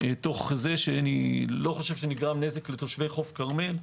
תוך זה שאני לא חושב שנגרם נזק לתושבי חוף כרמל.